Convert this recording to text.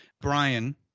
brian